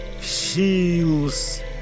shields